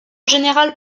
général